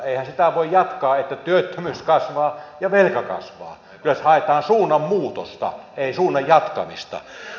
eihän sitä voi jatkaa että työttömyys kasvaa ja velka kasvaa jos haetaan suunnanmuutosta ei suunnan jatkamista